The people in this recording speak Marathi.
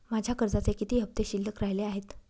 माझ्या कर्जाचे किती हफ्ते शिल्लक राहिले आहेत?